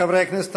חברי הכנסת,